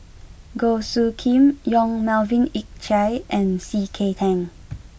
Goh Soo Khim Yong Melvin Yik Chye and C K Tang